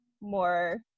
more